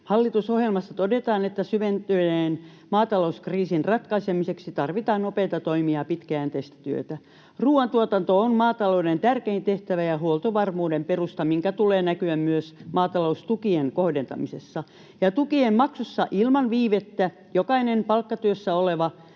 Hallitusohjelmassa todetaan, että syventyneen maatalouskriisin ratkaisemiseksi tarvitaan nopeita toimia ja pitkäjänteistä työtä. Ruuantuotanto on maatalouden tärkein tehtävä ja huoltovarmuuden perusta, minkä tulee näkyä myös maataloustukien kohdentamisessa — ja tukien maksussa ilman viivettä. Jokainen palkkatyössä oleva